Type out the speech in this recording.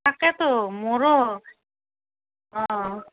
তাকেতো মোৰো অ